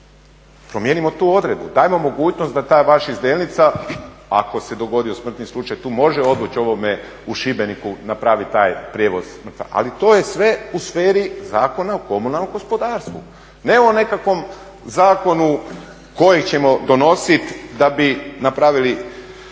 Promijenimo tu odredbu, dajmo mogućnost da taj vaš iz Delnica ako se dogodio smrtni slučaj tu može obući ovome u Šibeniku napraviti taj prijevoz, ali to je sve u sferi Zakona o komunalnom gospodarstvu. Ne o nekakvom zakonu koji ćemo donositi da bi napravili